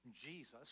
Jesus